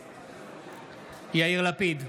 בעד יאיר לפיד,